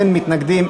אין מתנגדים,